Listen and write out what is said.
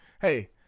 hey